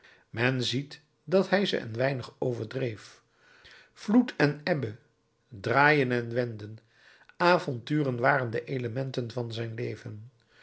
men ziet dat hij ze een weinig overdreef vloed en ebbe draaien en wenden avonturen waren de elementen van zijn leven